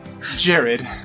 Jared